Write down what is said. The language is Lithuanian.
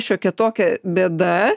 šiokia tokia bėda